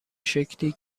شکلی